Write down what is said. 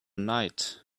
night